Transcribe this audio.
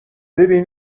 ببین